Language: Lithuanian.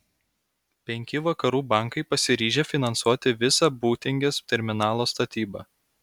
penki vakarų bankai pasiryžę finansuoti visą būtingės terminalo statybą